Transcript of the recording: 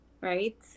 right